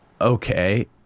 Okay